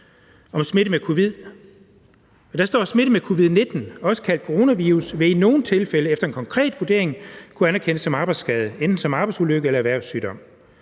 der står: »Smitte med COVID-19, også kaldet coronavirus, vil i nogen tilfælde efter en konkret vurdering kunne anerkendes som arbejdsskade – enten som arbejdsulykke eller en erhvervssygdom.